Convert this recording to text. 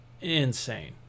insane